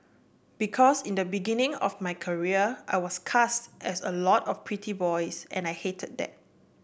because in the beginning of my career I was cast as a lot of pretty boys and I hated that